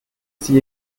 sie